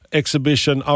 exhibition